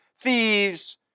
thieves